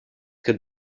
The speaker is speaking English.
could